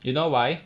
you know why